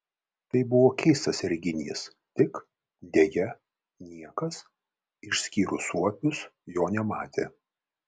tai buvo keistas reginys tik deja niekas išskyrus suopius jo nematė